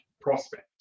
prospect